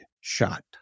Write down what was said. shot